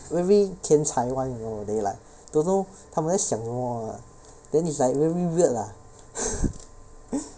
very 天才 [one] you know they like dunno 他们在想什么 then is like very weird lah